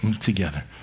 together